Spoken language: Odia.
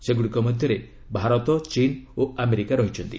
ସେଗୁଡ଼ିକ ମଧ୍ୟରେ ଭାରତ ଚୀନ୍ ଓ ଆମେରିକା ରହିଛନ୍ତି